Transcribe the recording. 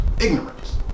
Ignorance